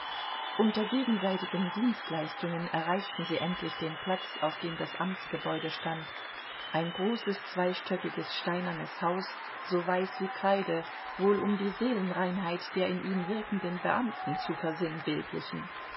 unter gegenseitigen dienstleistungen erreichten sie endlich den platz auf dem das amtsgebäude stand ein großes zweistöckiges steinernes haus so weiß wie kreide wohl um die seelenreinheit der in ihm wirkenden beamten zu versinnbildlichen